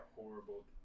horrible